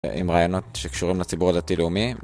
עם רעיונות שקשורים לציבור הדתי-לאומי.